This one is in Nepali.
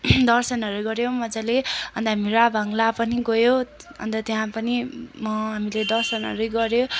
दर्शनहरू गर्यौँ मजाले अन्त हामी राभाङ्गला पनि गयौँ अन्त त्यहाँ पनि म हामीले दर्शनहरू गर्यौँ